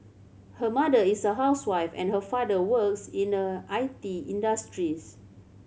her mother is a housewife and her father works in the I T industries